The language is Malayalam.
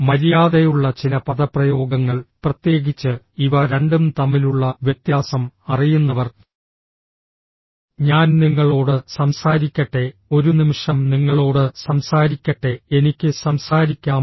മര്യാദയുള്ള ചില പദപ്രയോഗങ്ങൾ പ്രത്യേകിച്ച് ഇവ രണ്ടും തമ്മിലുള്ള വ്യത്യാസം അറിയുന്നവർ ഞാൻ നിങ്ങളോട് സംസാരിക്കട്ടെ ഒരു നിമിഷം നിങ്ങളോട് സംസാരിക്കട്ടെ എനിക്ക് സംസാരിക്കാമോ